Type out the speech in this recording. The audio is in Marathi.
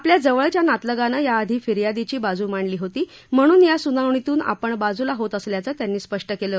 आपल्या जवळच्या नातलगाने याआधी फिर्यादीची बाजू मांडली होती म्हणून या सुनावणीतून आपण बाजूला होत असल्याचं त्यांनी स्पष्ट केलं